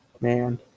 Man